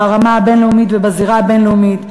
ברמה הבין-לאומית ובזירה הבין-לאומית,